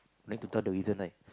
no need to tell the reason right